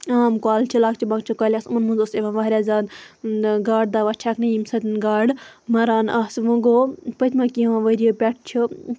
عام کۄلہٕ چھِ لۄکچہِ مۄکچہِ کۄلہٕ آسہِ یِمَن مَنٛز اوس یِوان واریاہ زیادٕ گاڈٕ دَوا چھَکنہٕ ییٚمہِ سۭتۍ گاڈٕ مَران آسہٕ وۄنۍ گوٚو پٔتمیٚو کینٛہَو ؤریَو پیٹھٕ چھِ